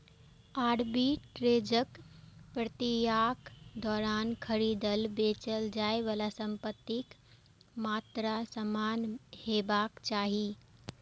आर्बिट्रेजक प्रक्रियाक दौरान खरीदल, बेचल जाइ बला संपत्तिक मात्रा समान हेबाक चाही